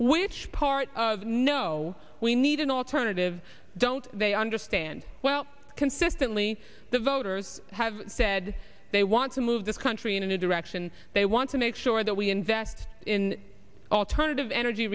which part of no we need an alternative don't they understand well consistently the voters have said they want to move this country in a direction they want to make sure that we invest in alternative energy